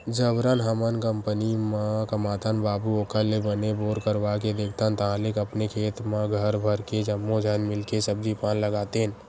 जबरन हमन कंपनी म कमाथन बाबू ओखर ले बने बोर करवाके देखथन ताहले अपने खेत म घर भर के जम्मो झन मिलके सब्जी पान लगातेन